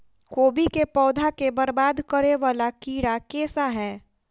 कोबी केँ पौधा केँ बरबाद करे वला कीड़ा केँ सा है?